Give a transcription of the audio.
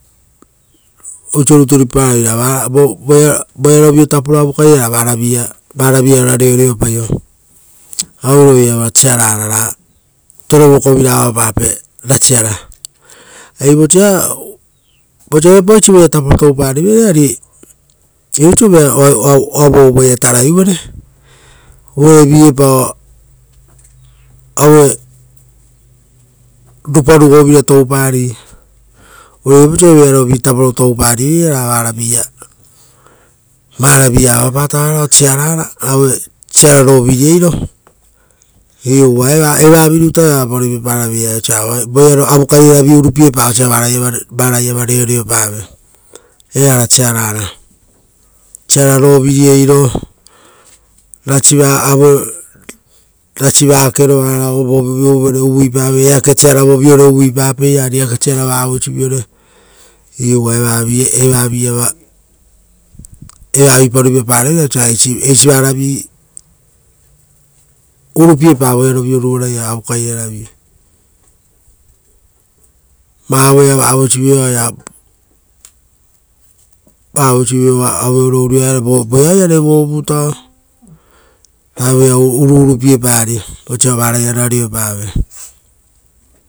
Oisio rutu ruipaparaveira ra voeao tapo avukai rara orareoreopiepaio, auero iava siarara ra torevokovira avapape rasiara. Ari vosa viapau eisi voea tapo touparivere eari viapau oisio oavuavuvaia tarai uvere; uvare vi epao rupa rugovira toupari, uvare viapau osio evoarovi tapo toupari ra varavi-ia avapata varao siarara. Siara rovirieiro. Iu uva eva virutua eva oapa ruipaparaveira osiora avukai raravi urupiepa osia varaiava reorepave evara siarara, siara rovirieiro, rasi tugitugiro o vovio uvare uvuipai eake siara voviore uviupapeira ari eake siara vavoisio uvuipere. Iu uva eva vipa ruipaparaveira osiora eisi varavi urupiepa voearovio ruvaraia avukapairaravi. Voearovio ruvaraia avukapairaravi. Vavoea oea vavoisivio auero urioaera, voeaoia-re vovutao. Ra voea urupiepari osia varaia ora reopave.